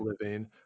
living